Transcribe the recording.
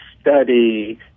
study